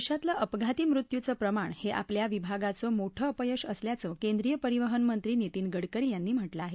देशातलं अपघाती मृत्यूचं प्रमाण हे आपल्या विभागाचं मोठं अपयश असल्याचं केंद्रीय परिवहन मंत्री नीतीन गडकरी यांनी म्हटलं आहे